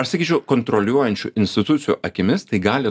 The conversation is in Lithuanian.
aš sakyčiau kontroliuojančių institucijų akimis tai gali